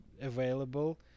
available